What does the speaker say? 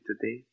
today